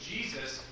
Jesus